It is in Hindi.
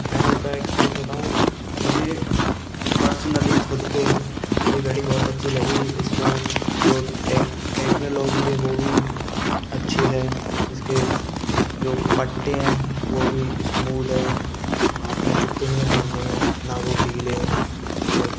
मैं उसका एक्सपीरिएन्स बताऊँ मुझे पर्सनली ख़ुद को यह घड़ी बहुत अच्छी लगी इसकी जो टेक टेक्नोलॉजी है वह भी अच्छी है इसके जो पट्टे हैं वह भी इस्मूद हैं हाथ में चुभते नहीं हैं पहनने में ना वे ढीले हैं तो